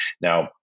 Now